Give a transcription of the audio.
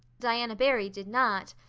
diana barry did not,